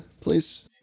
please